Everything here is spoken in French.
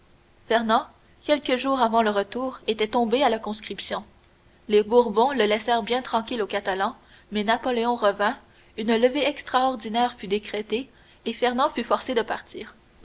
quelques jours avant le retour était tombé à la conscription les bourbons le laissèrent bien tranquille aux catalans mais napoléon revint une levée extraordinaire fut décrétée et fernand fut forcé de partir